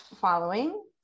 following